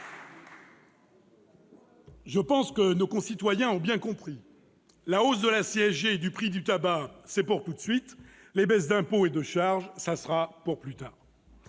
Je pense que nos concitoyens l'ont bien compris : la hausse de la CSG et du prix du tabac, c'est pour tout de suite ; les baisses d'impôts et de charges, ce sera pour plus tard.